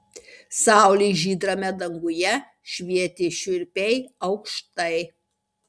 saulė žydrame danguje švietė šiurpiai aukštai